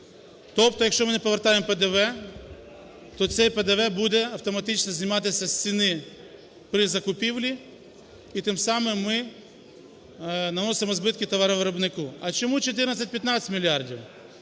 Тобто, якщо ми не повертаємо ПДВ, то цей ПДВ буде автоматично зніматися з ціни при закупівлі і тим самим ми наносимо збитки товаровиробнику. А чому 14-15 мільярдів?